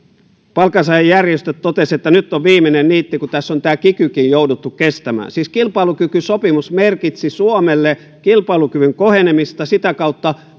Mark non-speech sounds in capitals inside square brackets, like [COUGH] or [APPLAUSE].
palkansaajajärjestöt totesivat että nyt on viimeinen niitti kun tässä on tämä kikykin jouduttu kestämään siis kilpailukykysopimus merkitsi suomelle kilpailukyvyn kohenemista sitä kautta [UNINTELLIGIBLE]